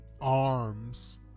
arms